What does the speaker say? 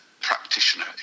practitioner